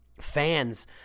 fans